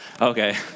Okay